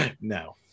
No